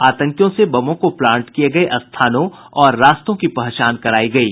आतंकियों से बमों को प्लांट किये गये स्थानों और रास्तों की पहचान करायी गयी